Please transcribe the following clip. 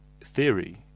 theory